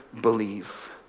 believe